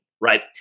right